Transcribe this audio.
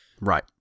Right